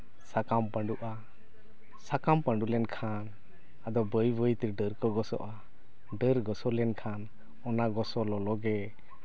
ᱥᱟᱠᱟᱢ ᱯᱟᱹᱰᱩᱜᱼᱟ ᱥᱟᱠᱟᱢ ᱯᱟᱸᱰᱩ ᱞᱮᱱᱠᱷᱟᱱ ᱟᱫᱚ ᱵᱟᱹᱭ ᱵᱟᱹᱭ ᱛᱮ ᱰᱟᱹᱨ ᱠᱚ ᱜᱚᱥᱚᱜᱼᱟ ᱰᱟᱹᱨ ᱜᱚᱥᱚ ᱞᱮᱱᱠᱷᱟᱱ ᱚᱱᱟ ᱜᱚᱥᱚ ᱞᱚᱞᱚᱜᱮ